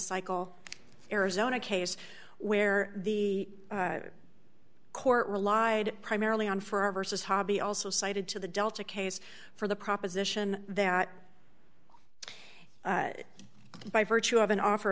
cycle arizona case where the court relied primarily on for a versus hobby also cited to the delta case for the proposition that by virtue of an offer